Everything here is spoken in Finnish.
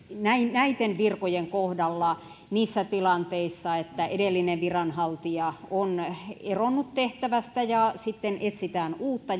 näitten virkojen kohdalla lähinnä niissä tilanteissa että edellinen viranhaltija on eronnut tehtävästä ja sitten etsitään uutta